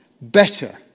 better